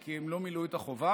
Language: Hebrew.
כי הם לא מילאו את החובה.